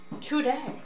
today